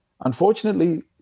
Unfortunately